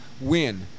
win